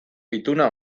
ituna